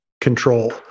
control